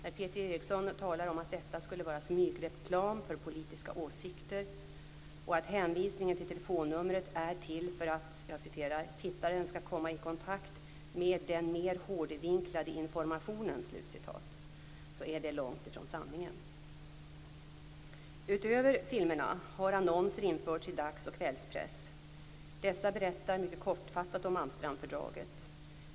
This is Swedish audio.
När Peter Eriksson talar om att detta skulle vara smygreklam för politiska åsikter och att hänvisningen till telefonnumret är till för att "tittaren skall komma i kontakt med den mer hårdvinklade informationen" är han långt ifrån sanningen. Utöver filmerna har annonser införts i dags och kvällspress. Dessa berättar mycket kortfattat om Amsterdamfördraget.